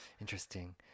Interesting